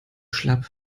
schlapp